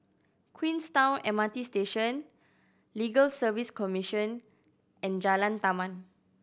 Queenstown M R T Station Legal Service Commission and Jalan Taman